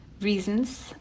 reasons